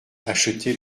acheter